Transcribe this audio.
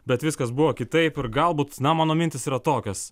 bet viskas buvo kitaip ir galbūt na mano mintys yra tokios